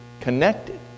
connected